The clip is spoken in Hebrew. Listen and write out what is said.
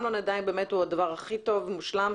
לא נדע אם הוא הדבר הכי טוב ומושלם,